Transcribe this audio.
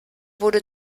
wurde